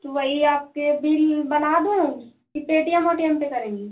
तो वही आपके बिल बना दूँ कि पेटीएम ओटीएम पे करेंगी